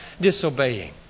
disobeying